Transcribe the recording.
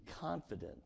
confident